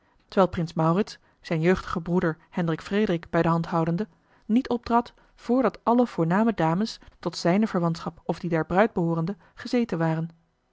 prins maurits zijn jeugdigen broeder hendrik frederik bij de hand houdende niet optrad voordat alle voorname dames tot zijne verwantschap of die der bruid behoorende gezeten waren